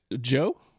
Joe